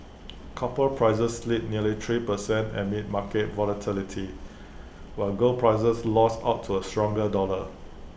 copper prices slid nearly three per cent amid market volatility while gold prices lost out to A stronger dollar